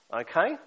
okay